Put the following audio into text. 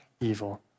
evil